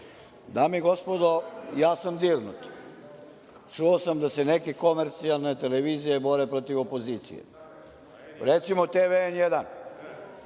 i gospodo, ja sam dirnut. Čuo sam da se neke komercijalne televizije bore protiv opozicije. Recimo, TV N1.